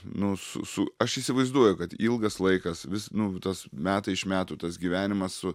nu su su aš įsivaizduoju kad ilgas laikas vis nu tas metai iš metų tas gyvenimas su